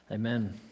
Amen